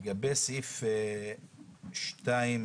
אז לצורך ההצבעה אני אכנה אותה הסתייגות מספר